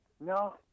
no